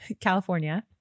California